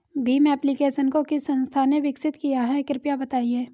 Bhim application को किस संस्था ने विकसित किया है कृपया बताइए?